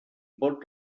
pot